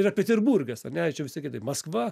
yra peterburgas ane ir čia visaip kitaip maskva